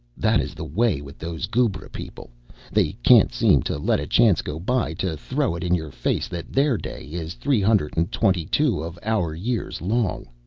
that is the way with those goobra people they can't seem to let a chance go by to throw it in your face that their day is three hundred and twenty-two of our years long.